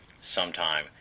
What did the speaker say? sometime